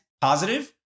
positive